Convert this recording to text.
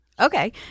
Okay